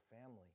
family